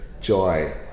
joy